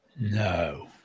No